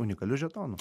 unikaliu žetonu